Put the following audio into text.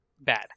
bad